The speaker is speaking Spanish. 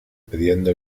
pidiendo